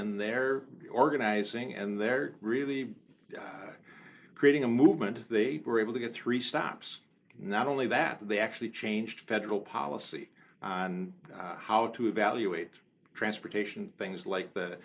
and their organizing and they're really creating a movement they were able to get three stops not only that they actually changed federal policy on how to evaluate transportation things like th